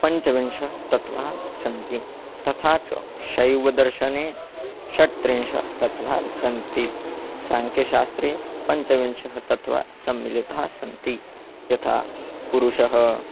पञ्चविंशतयः तत्त्वानि सन्ति तथा च शैवदर्शने षट्त्रिंशत्तत्त्वानि सन्ति साङ्ख्यशास्त्रे पञ्चविंशतयः तत्त्वानि सम्मिलिताः सन्ति यथा पुरुषः